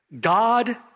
God